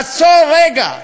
עצור רגע,